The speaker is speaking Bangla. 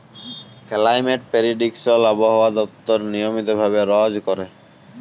কেলাইমেট পেরিডিকশল আবহাওয়া দপ্তর নিয়মিত ভাবে রজ ক্যরে